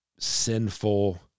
sinful